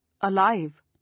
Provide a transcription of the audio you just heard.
Alive